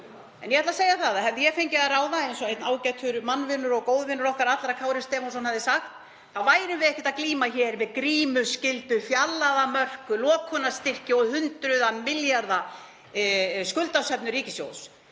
En ég ætla að segja að ef ég hefði fengið að ráða, eins og einn ágætur mannvinur og góðvinur okkar allra, Kári Stefánsson, hefði sagt, værum við ekki að glíma við grímuskyldu, fjarlægðarmörk, lokunarstyrki og hundruð milljarða skuldasöfnun ríkissjóðs.